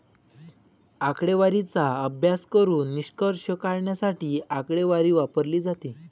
आकडेवारीचा अभ्यास करून निष्कर्ष काढण्यासाठी आकडेवारी वापरली जाते